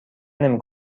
نمی